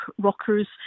rockers